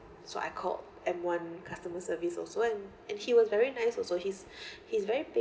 so I called m one customer service also and and he was very nice also he's he's very